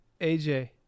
AJ